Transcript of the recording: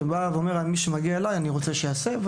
שבא ואומר: "מי שמגיע אליי אני רוצה שיעשה".